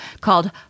called